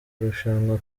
irushanwa